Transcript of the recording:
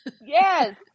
Yes